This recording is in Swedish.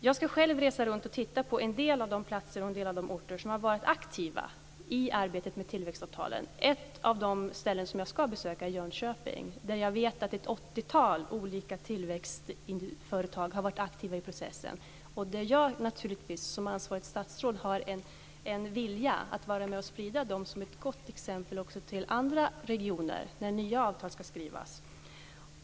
Jag ska själv resa runt och titta på en del av de platser, orter, där man varit aktiv i arbetet med tillväxtavtalen. Ett sådant ställe som jag ska besöka är Jönköping. Jag vet att ett åttiotal olika tillväxtföretag där har varit aktiva i processen. Jag som ansvarigt statsråd har naturligtvis en vilja att sprida dem som ett gott exempel också till andra regioner när nya avtal ska skrivas.